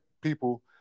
people